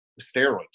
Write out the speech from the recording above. steroids